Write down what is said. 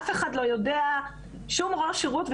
אף אחד לא יודע - שום ראש שירות,